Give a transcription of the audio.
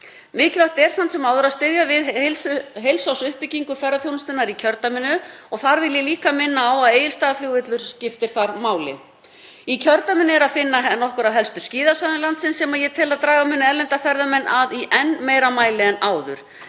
Mikilvægt er samt sem áður að styðja við heilsársuppbyggingu ferðaþjónustunnar í kjördæminu og vil ég líka minna á að Egilsstaðaflugvöllur skiptir þar máli. Í kjördæminu er að finna nokkur af helstu skíðasvæðum landsins sem ég tel að draga muni erlenda ferðamenn að í enn meira mæli en áður.